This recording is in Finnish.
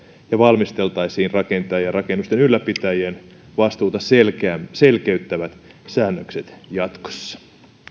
ja valmisteltaisiin rakentajien ja rakennuksen ylläpitäjien vastuuta selkeyttävät säännökset jatkossa